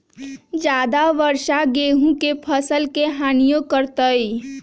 ज्यादा वर्षा गेंहू के फसल के हानियों करतै?